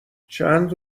چند